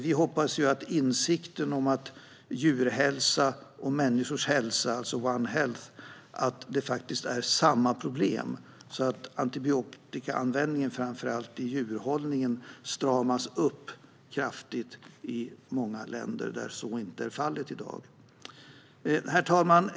Vi hoppas att man får insikt om att djurs hälsa och människors hälsa är samma problem, alltså one health, så att antibiotikaanvändningen framför allt i djurhållningen stramas upp kraftigt i många länder där så inte är fallet i dag. Herr talman!